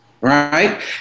right